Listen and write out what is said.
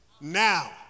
Now